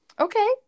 Okay